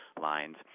lines